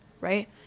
right